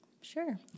Sure